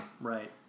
right